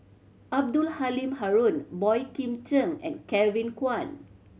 Abdul Halim Haron Boey Kim Cheng and Kevin Kwan